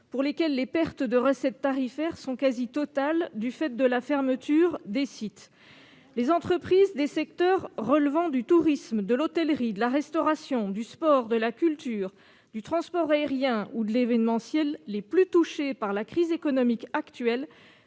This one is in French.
pour lesquelles les pertes de recettes tarifaires sont quasi totales du fait de la fermeture des sites. Les entreprises des secteurs relevant du tourisme, de l'hôtellerie, de la restauration, du sport, de la culture, du transport aérien ou de l'événementiel, qui sont les plus touchées par la crise économique actuelle,